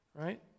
Right